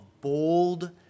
bold